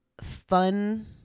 fun